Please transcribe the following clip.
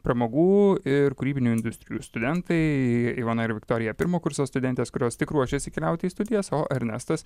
pramogų ir kūrybinių industrijų studentai ivona ir viktorija pirmo kurso studentės kurios tik ruošiasi keliauti į studijas o ernestas